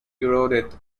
eroded